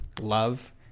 love